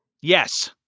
Yes